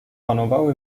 panowały